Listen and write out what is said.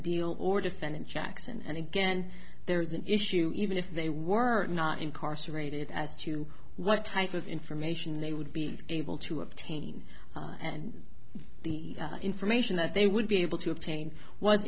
deal or defendant jackson and again there is an issue even if they were not incarcerated as to what type of information they would be able to obtain and the information that they would be able to obtain w